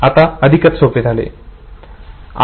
आता अधिकच सोपे झाले